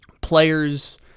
players